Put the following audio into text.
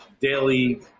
daily